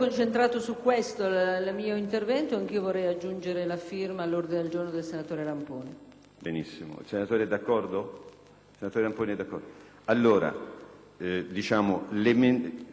senatore Ramponi è d'accordo?